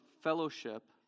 fellowship